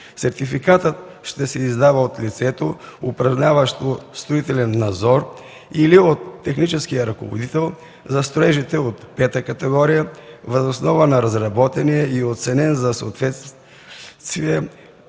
Сертификатът ще се издава от лицето, упражняващо строителен надзор, или от техническия ръководител – за строежите от пета категория, въз основа на разработения и оценен за съответствие